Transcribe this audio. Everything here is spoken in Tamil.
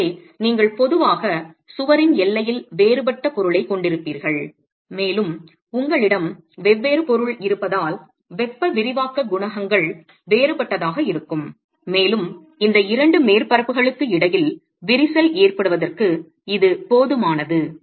எனவே நீங்கள் பொதுவாக சுவரின் எல்லையில் வேறுபட்ட பொருளைக் கொண்டிருப்பீர்கள் மேலும் உங்களிடம் வெவ்வேறு பொருள் இருப்பதால் வெப்ப விரிவாக்கக் குணகங்கள் வேறுபட்டதாக இருக்கும் மேலும் இந்த இரண்டு மேற்பரப்புகளுக்கு இடையில் விரிசல் ஏற்படுவதற்கு இது போதுமானது